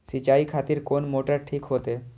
सीचाई खातिर कोन मोटर ठीक होते?